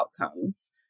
outcomes